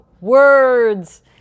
words